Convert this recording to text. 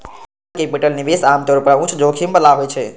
venture capital निवेश आम तौर पर उच्च जोखिम बला होइ छै